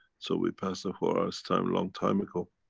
so we passed the four hours time, long time ago.